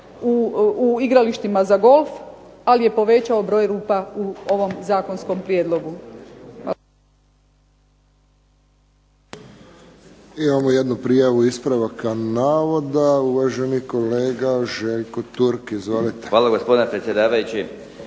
u igralištima za golf, ali je povećao broj rupa u ovom zakonskom prijedlogu.